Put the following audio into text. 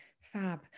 fab